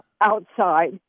outside